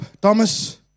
Thomas